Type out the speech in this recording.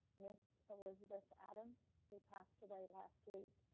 ms. elizabeth adams who passed away last week.